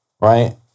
right